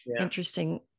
interesting